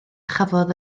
chafodd